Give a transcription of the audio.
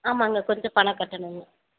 ஆமாம்ங்க கொஞ்சம் பணம் கட்டணுங்க